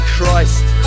Christ